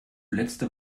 letzte